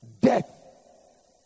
Death